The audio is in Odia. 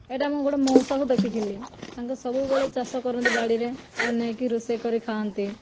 ଏଇଟା ମୁଁ ଗୋଟିଏ ମଉସାଙ୍କୁ ଦେଖିଥିଲି ତାଙ୍କର ସବୁବେଳେ ଚାଷ କରନ୍ତି ବାଡ଼ିରେ ଆଉ ନେଇକି ରୋଷେଇ କରି ଖାଆନ୍ତି